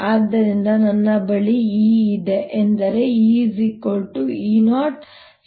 ಆದ್ದರಿಂದ ನನ್ನ ಬಳಿ E ಇದೆ ಎಂದರೆ E E0sin kx wt